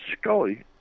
Scully